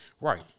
Right